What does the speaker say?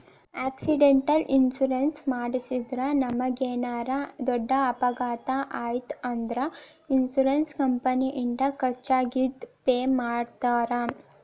accidental insurance ಮಾಡಿಸಿದ್ರ ನಮಗೇನರ ದೊಡ್ಡ ಅಪಘಾತ ಆಯ್ತ್ ಅಂದ್ರ ಇನ್ಶೂರೆನ್ಸ್ ಕಂಪನಿಯಿಂದ ಖರ್ಚಾಗಿದ್ ಪೆ ಮಾಡ್ತಾರಾ